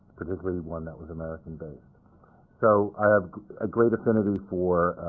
particularly one that was american-based. so i have a great affinity for